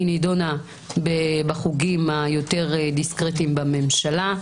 היא נידונה בחוגים היותר דיסקרטיים בממשלה,